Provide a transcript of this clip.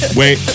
wait